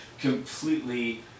completely